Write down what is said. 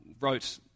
wrote